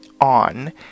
on